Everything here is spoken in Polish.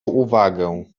uwagę